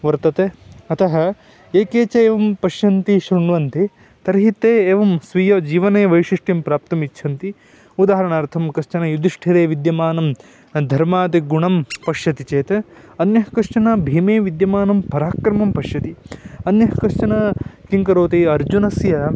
वर्तते अतः ये के च एवं पश्यन्ति शृण्वन्ति तर्हि ते एवं स्वीयजीवने वैशिष्ट्यं प्राप्तुमिच्छन्ति उदाहरणार्थं कश्चन युधिष्ठिरे विद्यमानं धर्मादिगुणं पश्यति चेत् अन्यः कश्चन भीमे विद्यमानं पराक्रमं पश्यति अन्य कश्चन किं करोति अर्जुनस्य